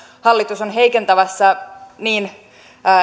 hallitus on heikentämässä niin